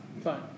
Fine